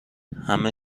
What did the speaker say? همه